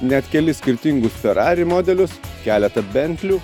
net kelis skirtingus ferrari modelius keletą bentlių